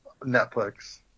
Netflix